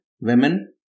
women